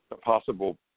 possible